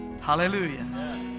Hallelujah